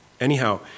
Anyhow